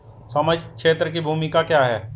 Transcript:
सामाजिक क्षेत्र की भूमिका क्या है?